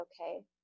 okay